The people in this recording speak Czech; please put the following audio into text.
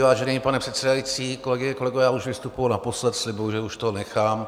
Vážený pane předsedající, kolegyně, kolegové, já už vystupuji naposled, slibuji, že už toho nechám.